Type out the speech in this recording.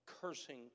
cursing